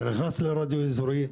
אתה נכנס לרדיו האזורי,